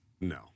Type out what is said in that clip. No